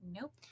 Nope